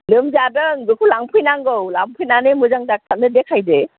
लोमजादों बेखौ लांफैनांगौ लांफैनानै मोजां ड'क्टारनो देखायदो